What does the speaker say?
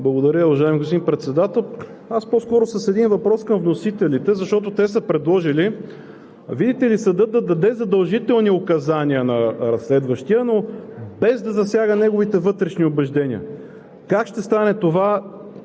Благодаря, уважаеми господин Председател. Аз по-скоро с един въпрос към вносителите, защото те са предложили, видите ли, съдът да даде задължителни указания на разследващия, но без да засяга неговите вътрешни убеждения. Как ще стане това,